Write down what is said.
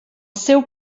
seu